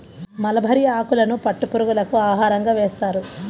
mulberry ఆకులను పట్టు పురుగులకు ఆహారంగా వేస్తారు